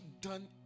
done